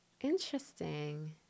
Interesting